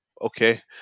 okay